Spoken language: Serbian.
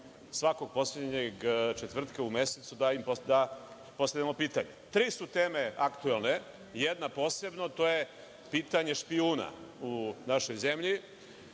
svakog poslednjeg četvrtka u mesecu da postavljamo pitanja. Tri su teme aktuelne, jedna posebno, to je pitanje špijuna u našoj zemlji.